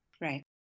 Right